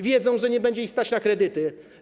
Wiedzą, że nie będzie ich stać na kredyty.